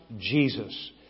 Jesus